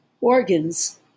organs